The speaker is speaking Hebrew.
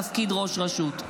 בתפקיד ראש רשות.